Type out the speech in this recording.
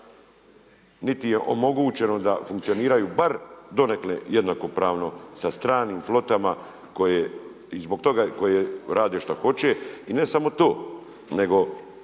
niti je omogućeno da funkcioniraju bar donekle jednakopravno sa stranim flotama koje rade šta hoće. I ne samo to, nego